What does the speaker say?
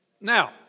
Now